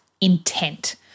intent